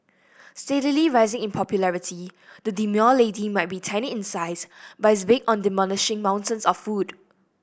steadily rising in popularity the demure lady might be tiny in size but is big on demolishing mountains of food